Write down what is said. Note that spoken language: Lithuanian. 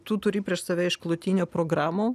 tu turi prieš save išklotinę programų